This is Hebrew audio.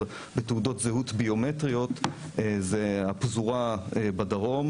בתעודות זהות ביומטריות זו הפזורה בדרום,